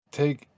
take